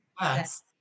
Yes